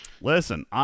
Listen